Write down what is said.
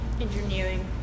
engineering